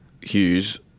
Hughes